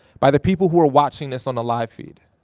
by the people who are watching this on the live feed.